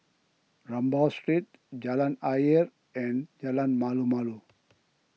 Rambau Street Jalan Ayer and Jalan Malu Malu